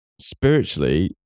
spiritually